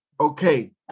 Okay